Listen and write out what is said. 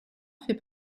fait